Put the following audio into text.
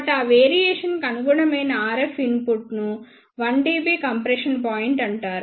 కాబట్టి ఆ వేరియేషన్ కి అనుగుణమైన RF ఇన్పుట్ను 1 dB కంప్రెషన్ పాయింట్ అంటారు